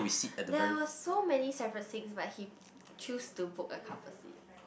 there were so many separate seats but he choose to book a couple seat